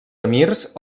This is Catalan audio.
emirs